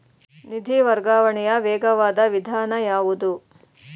ನಿಧಿ ವರ್ಗಾವಣೆಯ ವೇಗವಾದ ವಿಧಾನ ಯಾವುದು?